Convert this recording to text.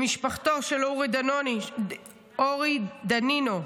למשפחותיהם של אורי דנינו,